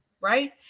Right